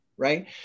right